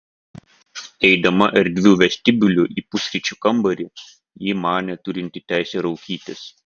eidama erdviu vestibiuliu į pusryčių kambarį ji manė turinti teisę raukytis